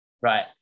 right